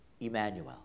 Emmanuel